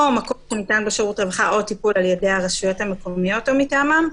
או מקום מטעם שירות הרווחה או טיפול על ידי הרשויות המקומיות או מטעמן.